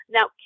Now